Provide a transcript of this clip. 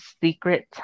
secret